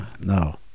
no